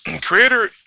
Creator